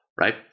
right